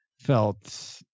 felt